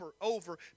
over